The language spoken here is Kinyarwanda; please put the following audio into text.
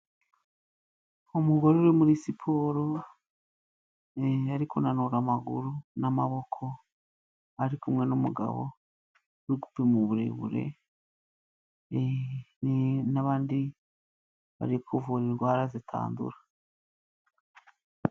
Umugore uri muri siporo ari kunanura amaguru n'amaboko ,ari kumwe n'umugabo uri gupima uburebure n'abandi bari kuvura indwara zitandura.